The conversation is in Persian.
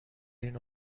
این